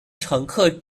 乘客